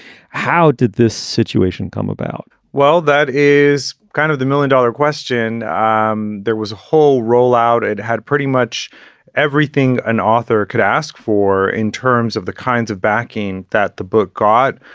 how did this situation come about? well, that is kind of the million dollar question. um there was a whole rollout. it had pretty much everything an author could ask for in terms of the kinds of backing that the book got.